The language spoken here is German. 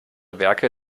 werke